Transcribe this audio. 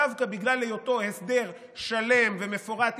דווקא בגלל היותו הסדר שלם ומפורט,